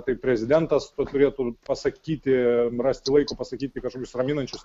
tai prezidentas turėtų pasakyti rasti laiko pasakyti kažkokius raminančius